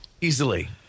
easily